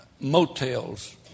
motels